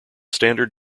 standard